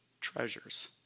treasures